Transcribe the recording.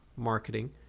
marketing